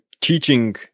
teaching